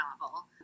novel